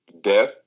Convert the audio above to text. death